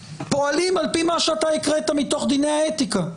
פועלים על פי מה שאתה הקראת מתוך דיני האתיקה,